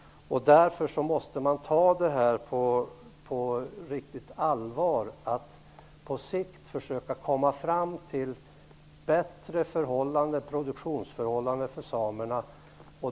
Därför måste man ta det på riktigt allvar att på sikt försöka komma fram till bättre produktionsförhållanden för samerna.